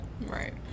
Right